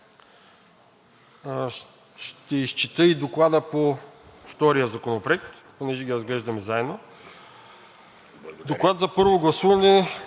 Ще изчета и Доклада по втория Законопроект, понеже ги разглеждаме заедно. „ДОКЛАД за първо гласуване